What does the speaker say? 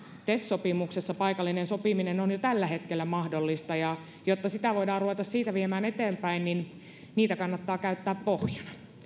tes sopimuksessa paikallinen sopiminen on jo tällä hetkellä mahdollista ja jotta sitä voidaan ruveta siitä viemään eteenpäin niitä kannattaa käyttää pohjana